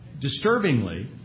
disturbingly